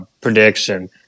prediction